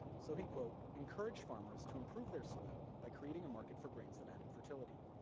so he encouraged farmers to improve their soil, by creating a market for grains that added fertility,